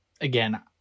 again